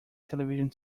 television